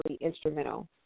instrumental